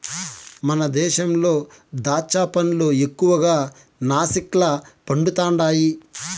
మన దేశంలో దాచ్చా పండ్లు ఎక్కువగా నాసిక్ల పండుతండాయి